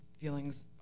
feelings